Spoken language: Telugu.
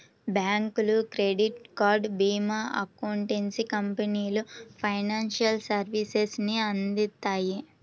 బ్యాంకులు, క్రెడిట్ కార్డ్, భీమా, అకౌంటెన్సీ కంపెనీలు ఫైనాన్షియల్ సర్వీసెస్ ని అందిత్తాయి